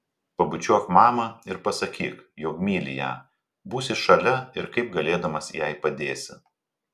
pabučiuok mamą ir pasakyk jog myli ją būsi šalia ir kaip galėdamas jai padėsi